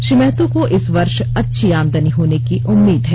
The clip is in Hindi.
श्री महतो को इस वर्ष अच्छी आमदनी होने की उम्मीद है